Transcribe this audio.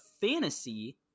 fantasy